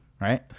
right